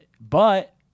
but-